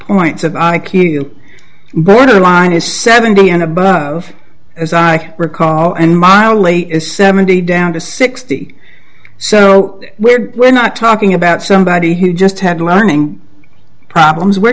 points an i q but a line is seventy and above as i recall and my old lady is seventy down to sixty so we're we're not talking about somebody who just had learning problems we're